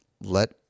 let